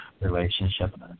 relationship